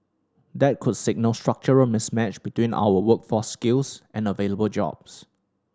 that could signal structural mismatch between our workforce skills and available jobs